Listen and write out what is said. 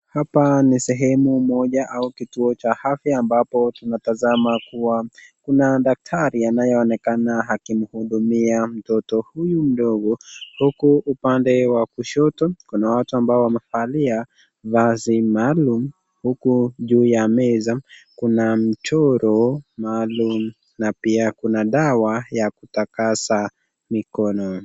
Hapa ni sehemu moja au kituo cha afya ambapo tunatazama kuwa kuna daktari anayeonekana akimhudumia mtoto huyu mdogo, huku upande wa kushoto kuna watu ambao wamevalia vazi maalum huku juu ya meza kuna mchoro maalum na pia kuna dawa ya kutakasa mikono.